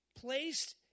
Placed